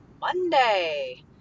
Monday